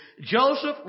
Joseph